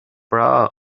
breá